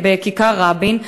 בכיכר-רבין,